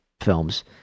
films